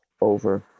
over